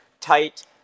tight